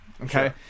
Okay